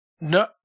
no